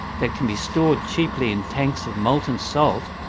that can be stored cheaply in tanks of molten salt,